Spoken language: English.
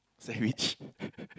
sandwich